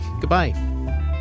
goodbye